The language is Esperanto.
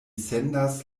sendas